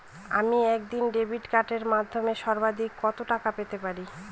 আমি একদিনে ডেবিট কার্ডের মাধ্যমে সর্বাধিক কত টাকা পেতে পারি?